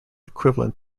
equivalent